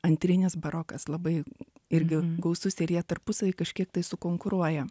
antrinis barokas labai irgi gausus ir jie tarpusavy kažkiek tai su konkuruoja